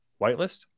whitelist